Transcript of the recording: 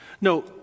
No